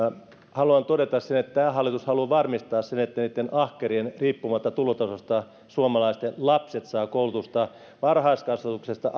haluan todeta sen että tämä hallitus haluaa varmistaa sen että näitten ahkerien riippumatta tulotasosta suomalaisten lapset saavat koulutusta varhaiskasvatuksesta